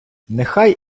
нехай